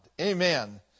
Amen